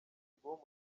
iguhe